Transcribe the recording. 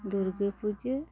Durga Puja